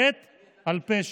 חטא על פשע.